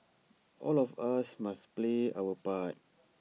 all of us must play our part